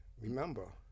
Remember